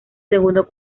segundo